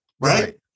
right